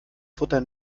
futter